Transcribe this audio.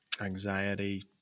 anxiety